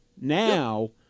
Now